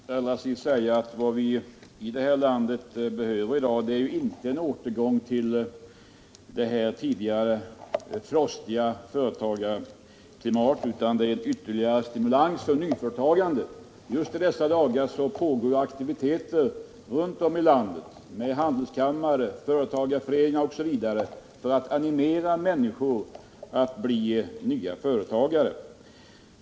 Herr talman! Låt mig allra sist säga att vad vi behöver i det här landet i dag är inte en återgång till det tidigare frostiga företagarklimatet utan ytterligare stimulans för nyföretagande. Just i dessa dagar pågår aktiviteter runt om i landet hos handelskammare, företagarföreningar osv. för att animera männi skor att bli nya företagare.